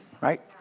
Right